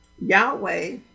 Yahweh